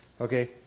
Okay